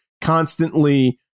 constantly